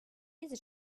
jest